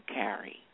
carry